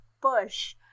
Bush